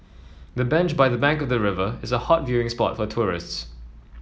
the bench by the bank of the river is a hot viewing spot for tourists